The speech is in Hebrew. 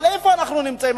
אבל איפה אנחנו נמצאים?